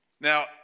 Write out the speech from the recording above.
Now